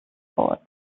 sports